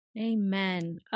Amen